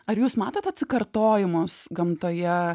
ar jūs matote atsikartojimus gamtoje